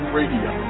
radio